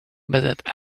that